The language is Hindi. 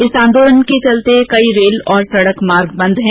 इस आंदोलन के चलते कई रेल और सड़क मार्ग बेद हैं